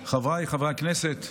חבריי חברי הכנסת,